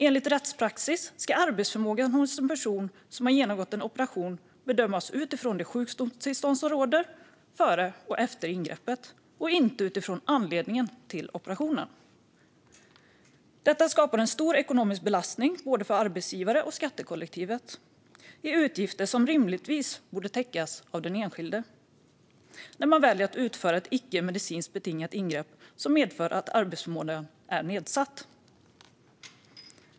Enligt rättspraxis ska arbetsförmågan hos en person som har genomgått en operation bedömas utifrån det sjukdomstillstånd som råder före och efter ingreppet och inte utifrån anledningen till operationen. Detta skapar en stor ekonomisk belastning på både arbetsgivare och skattekollektivet. Det är utgifter som rimligtvis borde täckas av den enskilde när denne väljer att utföra ett icke medicinskt betingat ingrepp som medför att arbetsförmågan blir nedsatt.